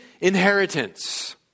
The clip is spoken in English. inheritance